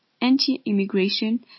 anti-immigration